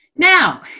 Now